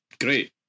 great